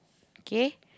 okay